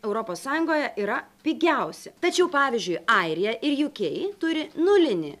europos sąjungoje yra pigiausi tačiau pavyzdžiui airija ir jukei turi nulinį